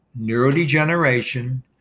neurodegeneration